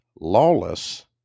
lawless